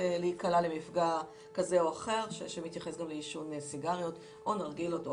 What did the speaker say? להיקלע למפגע כזה או אחר שמתייחס גם לעישון סיגריות או נרגילות.